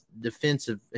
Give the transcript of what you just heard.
defensive